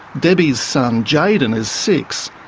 debbie's son, jayden, is six.